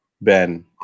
Ben